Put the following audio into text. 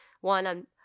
one